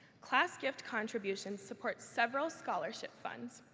class gift contributions support several scholarship funds.